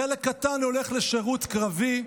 חלק קטן הולך לשירות קרבי,